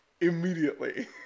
immediately